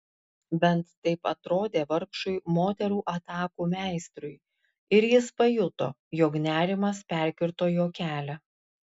bent taip atrodė vargšui moterų atakų meistrui ir jis pajuto jog nerimas perkirto jo kelią